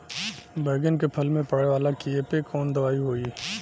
बैगन के फल में पड़े वाला कियेपे कवन दवाई होई?